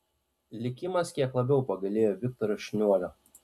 likimas kiek labiau pagailėjo viktoro šniuolio